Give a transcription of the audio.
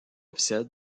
officielle